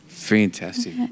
Fantastic